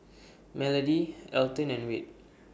Melody Alton and Wade